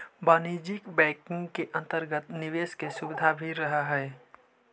वाणिज्यिक बैंकिंग के अंतर्गत निवेश के सुविधा भी रहऽ हइ